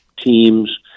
teams